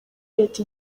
leta